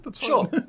Sure